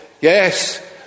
Yes